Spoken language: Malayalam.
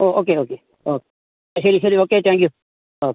ഓ ഓക്കെ ഓക്കെ ശരി ശരി ഓക്കെ താങ്ക് യു ഓക്കെ